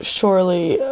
surely